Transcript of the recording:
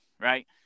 right